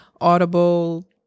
Audible